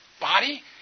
body